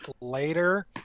later